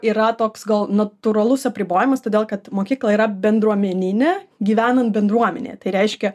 yra toks gal natūralus apribojimas todėl kad mokykla yra bendruomeninė gyvenam bendruomenėje tai reiškia